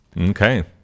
Okay